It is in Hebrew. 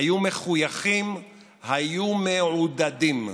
היו מחויכים, היו מעודדים.